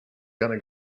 gonna